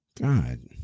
God